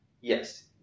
Yes